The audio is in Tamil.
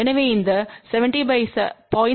எனவே இந்த 70